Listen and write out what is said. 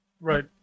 right